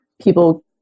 people